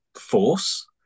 force